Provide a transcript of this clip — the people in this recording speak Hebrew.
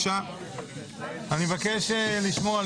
אני מסכים.